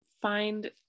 find